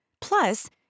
Plus